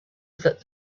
that